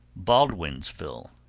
baldwinsville,